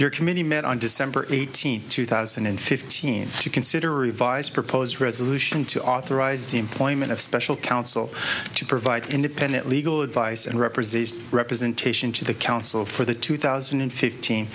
your committee met on december eighteenth two thousand and fifteen to consider revise proposed resolution to authorize the employment of special council to provide independent legal advice and represent representation to the council for the two thousand and fifteen